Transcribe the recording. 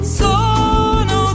sono